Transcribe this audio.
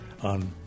on